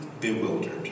bewildered